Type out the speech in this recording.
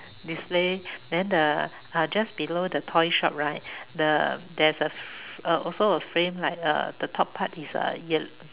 display then the uh just below the toy shop right the there is fr~ also a frame like uh the top part is a ye~